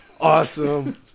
Awesome